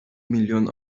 milyon